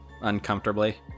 uncomfortably